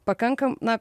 pakanka na